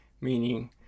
meaning